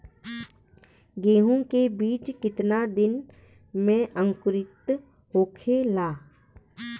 गेहूँ के बिज कितना दिन में अंकुरित होखेला?